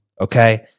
Okay